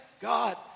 God